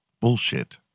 bullshit